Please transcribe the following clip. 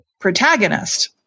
protagonist